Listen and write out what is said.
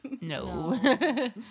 No